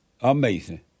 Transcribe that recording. Amazing